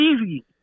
easy